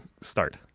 start